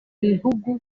bihugu